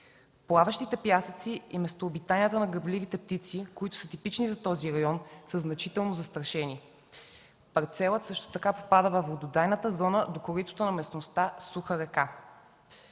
Плаващите пясъци и местообитанията на грабливите птици, които са типични за този район, са значително застрашени. Парцелът също така попада във вододайната зона до коритото на местността „Суха река”.